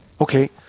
Okay